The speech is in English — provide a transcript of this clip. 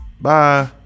Bye